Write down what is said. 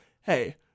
hey